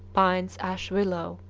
pines, ash, willow.